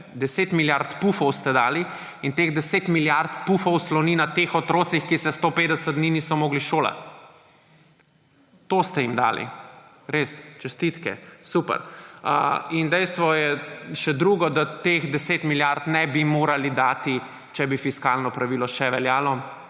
10 milijard pufov ste dali in teh 10 milijard pufov sloni na teh otrocih, ki se 150 dni niso mogli šolati. To ste jim dali, res čestitke, super. In dejstvo je še drugo – da teh 10 milijard ne bi mogli dati, če bi fiskalno pravilo še veljalo